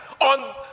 on